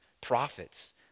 prophets